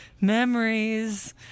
Memories